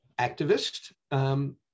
activist